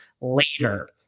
later